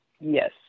Yes